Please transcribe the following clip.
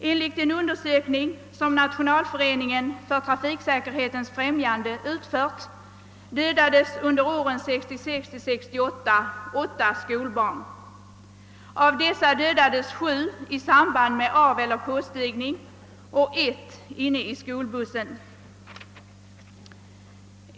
Enligt en undersökning som Nationalföreningen för trafiksäkerhetens främjande utfört dödades under åren 1966—68 åtta skolbarn, och av dessa omkom sju i samband med avoch påstigning samt ett barn inne i skolbussen.